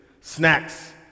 snacks